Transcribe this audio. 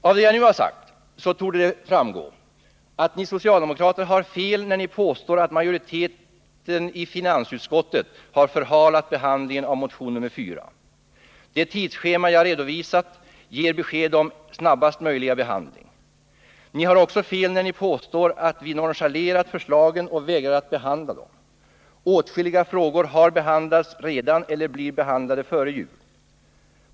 Av det jag nu har sagt torde framgå att ni socialdemokrater har fel när ni påstår att majoriteten i finansutskottet har förhalat behandlingen av motion 4, Det tidsschema jag redovisat ger besked om snabbaste möjliga behandling. Ni har också fel när ni påstår att vi nonchalerat förslagen och vägrar att behandla dem. Åtskilliga frågor har behandlats redan eller blir behandlade före jul.